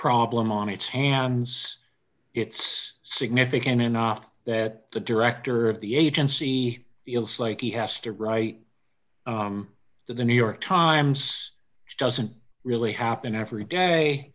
problem on its hands it's significant enough that the director of the agency feels like he has to write to the new york times which doesn't really happen every